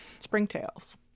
Springtails